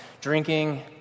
drinking